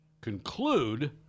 conclude